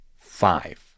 five